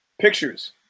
Pictures